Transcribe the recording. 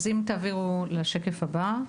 (מציגה מצגת)